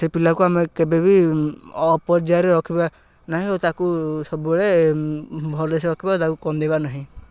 ସେ ପିଲାକୁ ଆମେ କେବେ ବିି ଅପର୍ଯ୍ୟାୟରେ ରଖିବା ନାହିଁ ଓ ତାକୁ ସବୁବେଳେ ଭଲ ସେ ରଖିବା ତାକୁ କନ୍ଦାଇବା ନାହିଁ